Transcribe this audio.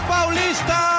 Paulista